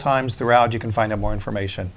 times throughout you can find out more information